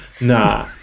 Nah